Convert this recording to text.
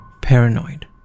paranoid